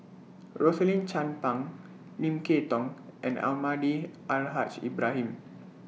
Rosaline Chan Pang Lim Kay Tong and Almahdi Al Haj Ibrahim